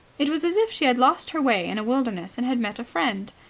it was as if she had lost her way in a wilderness and had met a friend.